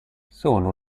sono